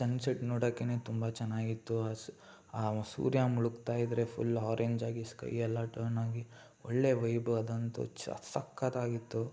ಸನ್ set ನೋಡೋಕ್ಕೇ ತುಂಬ ಚೆನ್ನಾಗಿತ್ತು ಸ್ ಆ ಸೂರ್ಯ ಮುಳುಗ್ತಾಯಿದ್ರೆ ಫುಲ್ ಆರೆಂಜಾಗಿ ಸ್ಕೈ ಎಲ್ಲ ಟರ್ನಾಗಿ ಒಳ್ಳೆ ವೈಬು ಅದಂತೂ ಛ ಸಕತ್ತಾಗಿತ್ತು